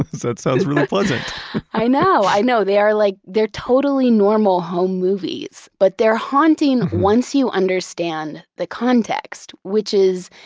that sounds really pleasant i know, i know. they're like they're totally normal home movies, but they're haunting, once you understand the context, which is,